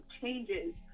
changes